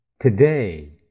today